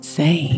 say